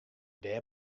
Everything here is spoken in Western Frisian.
dêr